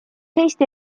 eesti